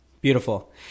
Beautiful